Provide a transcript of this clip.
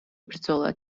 ბრძოლა